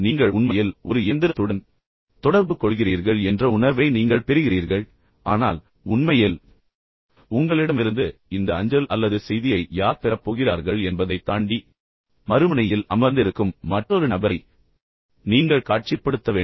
நீங்கள் உண்மையில் ஒரு இயந்திரத்துடன் தொடர்பு கொள்கிறீர்கள் என்ற உணர்வை நீங்கள் பெறுகிறீர்கள் ஆனால் உண்மையில் உங்களிடமிருந்து இந்த அஞ்சல் அல்லது செய்தியை யார் பெறப் போகிறார்கள் என்பதை தாண்டி மறுமுனையில் அமர்ந்திருக்கும் மற்றொரு நபரை நீங்கள் காட்சிப்படுத்த வேண்டும்